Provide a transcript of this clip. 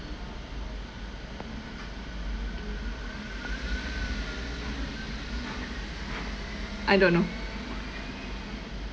I don't know